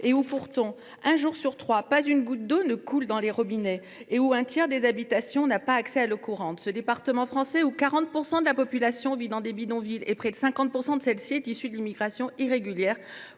l’être. Pourtant, un jour sur trois, pas une goutte d’eau ne coule dans les robinets et un tiers des habitations n’a pas accès à l’eau courante ; 40 % de la population vit dans des bidonvilles et près de 50 % de celle ci est issue de l’immigration irrégulière.